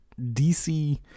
dc